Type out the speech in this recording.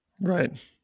Right